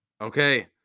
Okay